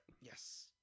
Yes